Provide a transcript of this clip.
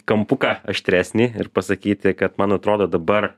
kampuką aštresnį ir pasakyti kad man atrodo dabar